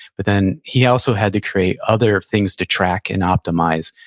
but then he also had to create other things to track and optimize,